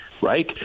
right